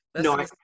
No